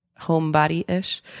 homebody-ish